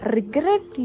Regret